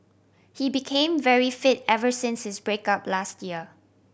he became very fit ever since his break up last year